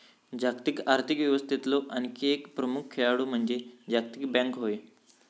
जागतिक आर्थिक व्यवस्थेतलो आणखी एक प्रमुख खेळाडू म्हणजे जागतिक बँक होय